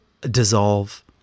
dissolve